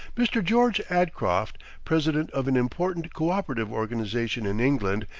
mr. george adcroft, president of an important cooperative organization in england,